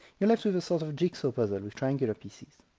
you're left with a sort of jigsaw puzzle with triangular pieces.